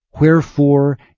Wherefore